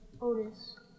Otis